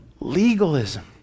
legalism